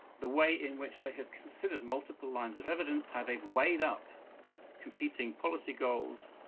the way in which they have considered multiple lines of evidence, how they've weighed up competing policy goals,